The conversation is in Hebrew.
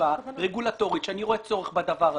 סיבה רגולטורית שאני רואה צורך בדבר הזה.